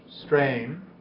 strain